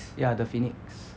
ya the phoenix